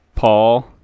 Paul